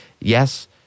yes